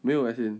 没有 as in